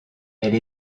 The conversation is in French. elle